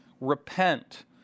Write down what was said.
Repent